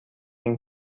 این